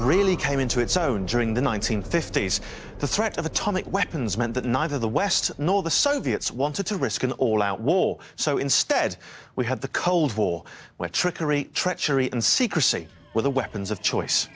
really came into its own during the nineteenth fifties the threat of atomic weapons meant that neither the west nor the soviets wanted to risk an all out war so instead we had the cold war where trickery treachery and secrecy where the weapons of choice